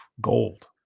gold